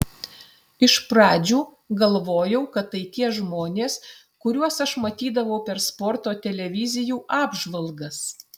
iš pradžių galvojau kad tai tie žmonės kuriuos aš matydavau per sporto televizijų apžvalgas